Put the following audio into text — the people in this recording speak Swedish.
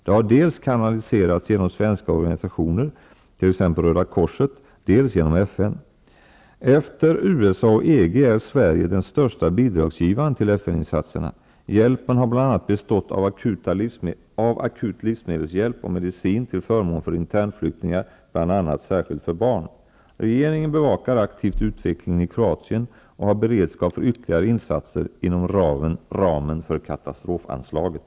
Det har dels kanaliserats genom svenska organisationer, t.ex. Röda korset, dels kanaliserats genom FN. Efter USA och EG är Sverige den största bidragsgivaren till FN-insatserna. Hjälpen har bl.a. bestått av akut livsmedelshjälp och medicin till förmån för internflyk tingar, bl.a. särskilt för barn. Regeringen bevakar aktivt utvecklingen i Kroatien och har beredskap för ytterligare insatser inom ramen för katastrofanslaget.